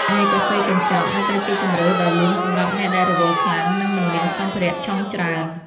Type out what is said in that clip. ឯកាហ្វេកញ្ចប់ នៅតែជាជម្រើសដ៏លឿនសម្រាប់អ្នកដែលរវល់ខ្លាំង និងមិនមានសម្ភារៈឆុងច្រើន។